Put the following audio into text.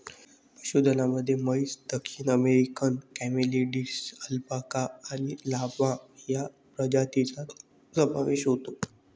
पशुधनामध्ये म्हैस, दक्षिण अमेरिकन कॅमेलिड्स, अल्पाका आणि लामा या प्रजातींचा समावेश होतो